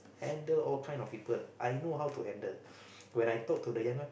handle all kind of people I know how to handle when I talk to the younger